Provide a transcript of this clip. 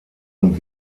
und